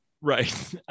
right